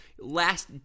last